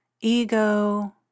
ego